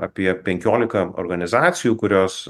apie penkiolika organizacijų kurios